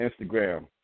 Instagram